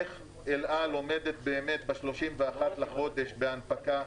איך אל על עומדת באמת ב-31 לחודש בהנפקה.